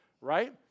right